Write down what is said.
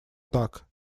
так